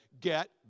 get